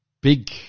big